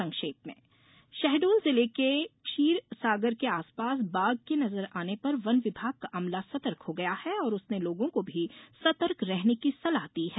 संक्षिप्त समाचार शहडोल जिले के क्षीरसागर के आसपास बाघ के नजर आने पर वन विभाग का अमला सतर्क हो गया है और उसने लोगों को भी सतर्क रहने की सलाह दी है